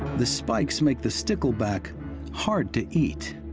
the spikes make the stickleback hard to eat.